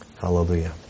Hallelujah